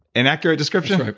an accurate description?